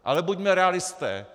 Ale buďme realisté.